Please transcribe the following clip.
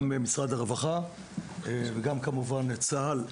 משרד הרווחה וגם כמובן צה"ל,